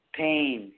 pain